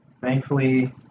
Thankfully